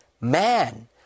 Man